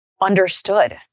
understood